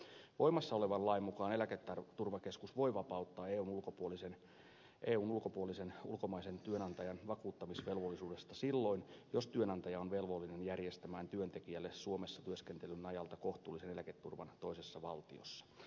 voimassa olevan lain mukaan eläketurvakeskus voi vapauttaa eun ulkopuolisen ulkomaisen työnantajan vakuuttamisvelvollisuudesta silloin jos työnantaja on velvollinen järjestämään työntekijälle suomessa työskentelyn ajalta kohtuullisen eläketurvan toisessa valtiossa